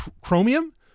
Chromium